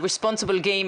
על הימורים אחראיים?